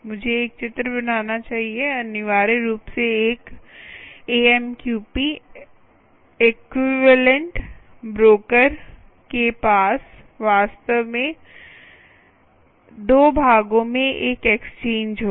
मुझे एक चित्र बनाना चाहिए अनिवार्य रूप से एक एएमक्यूपी एक्विवैलेन्ट ब्रोकर के पास वास्तव में 2 भागों में एक एक्सचेंज होगा